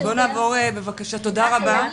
תודה רבה.